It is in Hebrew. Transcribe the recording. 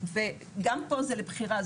וגם פה זה לבחירה.